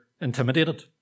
Intimidated